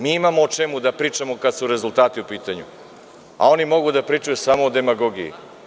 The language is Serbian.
Mi imamo o čemu da pričamo kad su rezultati u pitanju, a oni mogu da pričaju samo o demagogiji.